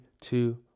two